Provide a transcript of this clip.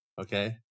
Okay